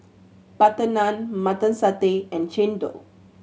butter naan Mutton Satay and chendol